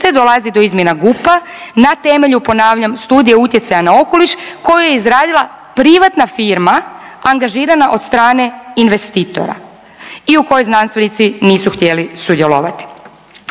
dolazi do izmjena GUP-a na temelju, ponavljam, Studije utjecaja na okoliš koju je izradila privatna firma angažirana od strane investitora i u kojoj znanstvenici nisu htjeli sudjelovati.